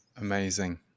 Amazing